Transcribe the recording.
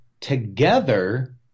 together